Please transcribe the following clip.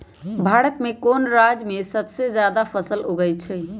भारत में कौन राज में सबसे जादा फसल उगई छई?